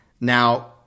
Now